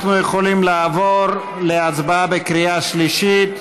אנחנו יכולים לעבור להצבעה בקריאה שלישית.